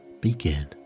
begin